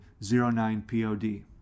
09POD